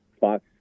Fox